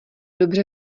dobře